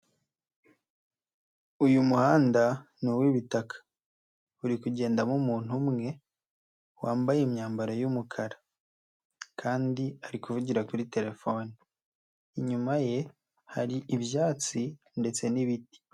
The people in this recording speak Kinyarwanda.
Uyu muhanda ni uw'ibitaka. Uri kugendamo umuntu umwe wambaye imyambaro y'umukara kandi ari kuvugira kuri telefone. Inyuma ye hari ibyatsi ndetse n'ibiti.